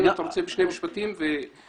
אני